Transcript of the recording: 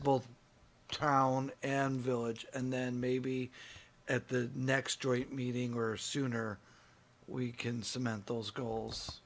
both town and village and then maybe at the next joint meeting or sooner we can cement those goals